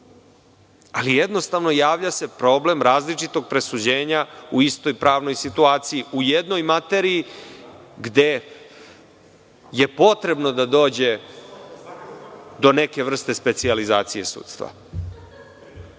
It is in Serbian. Ali, javlja se problem različitog presuđenja u istoj pravnoj situaciji, u jednoj materiji gde je potrebno da dođe do neke vrste specijalizacije sudstva.